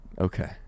okay